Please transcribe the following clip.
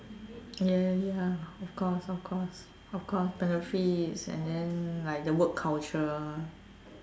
ya ya of course of course of course benefits and then like the work culture